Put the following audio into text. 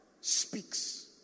speaks